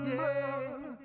blood